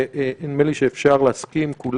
ונדמה לי שאפשר שכולם יסכימו,